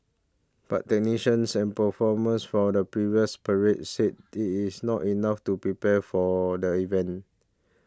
but technicians and performers from the previous parades said that it is not enough to prepare for the event